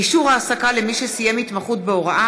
אישור העסקה למי שסיים התמחות בהוראה),